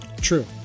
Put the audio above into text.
True